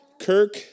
Kirk